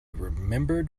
remembered